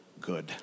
good